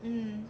mm